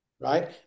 Right